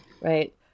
Right